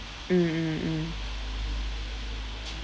mm mm mm